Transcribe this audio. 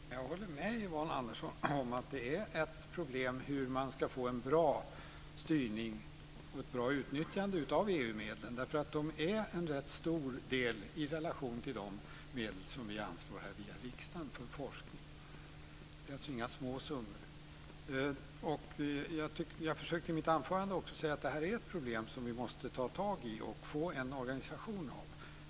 Fru talman! Jag håller med Yvonne Andersson om att det är ett problem hur man ska få en bra styrning och ett bra utnyttjande av EU-medlen. De är en rätt stor del i relation till de medel som vi anslår via riksdagen för forskning. Det är alltså inga små summor. Jag försökte i mitt anförande att säga att det här är ett problem som vi måste ta itu med och få en organisation för.